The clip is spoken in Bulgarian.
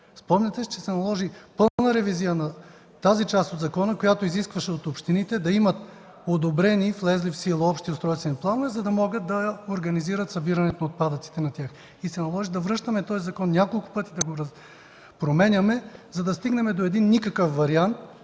Спомняте си, че се наложи пълна ревизия на тази част от закона, която изискваше от общините да имат одобрени и влезли в сила общи устройствени планове, за да могат да организират събирането на отпадъците. Наложи се да връщаме този закон няколко пъти, да го променяме, за да стигнем до един никакъв вариант.